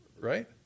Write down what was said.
right